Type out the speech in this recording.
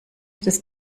des